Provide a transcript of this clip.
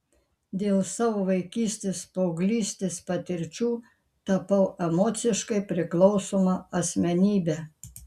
dėl savo vaikystės paauglystės patirčių tapau emociškai priklausoma asmenybe